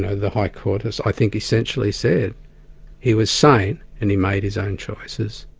the high court has, i think, essentially said he was sane, and he made his own choices.